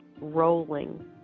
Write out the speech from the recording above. rolling